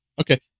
Okay